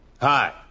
Hi